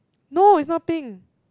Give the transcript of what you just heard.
no it's not pink